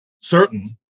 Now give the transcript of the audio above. certain